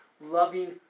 loving